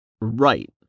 Right